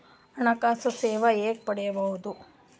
ಹಣಕಾಸು ಸೇವಾ ಹೆಂಗ ಪಡಿಯೊದ?